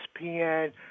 ESPN